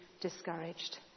discouraged